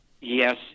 yes